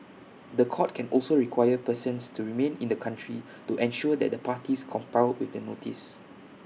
The Court can also require persons to remain in the country to ensure that the parties comply with the notice